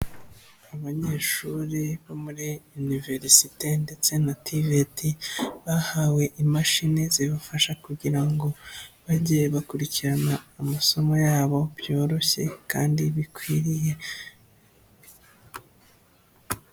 Abanyeshuri bo muri iniverisite ndetse na TVET, bahawe imashini zibafasha kugira ngo bajye bakurikirana amasomo yabo, byoroshye kandi bikwiriye.